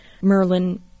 Merlin